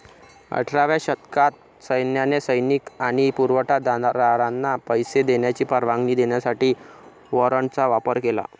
अठराव्या शतकात सैन्याने सैनिक आणि पुरवठा दारांना पैसे देण्याची परवानगी देण्यासाठी वॉरंटचा वापर केला